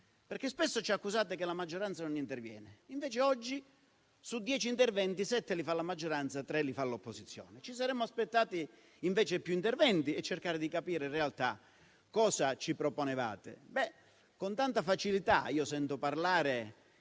Spesso ci accusate che la maggioranza non interviene; invece oggi, su dieci interventi, sette li fa la maggioranza e tre li fa l'opposizione. Ci saremmo aspettati invece più interventi, per cercare di capire in realtà cosa ci proponevate. Sento parlare